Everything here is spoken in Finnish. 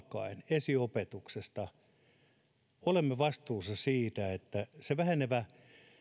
esiopetuksesta alkaen olemme vastuussa siitä että se vähenevä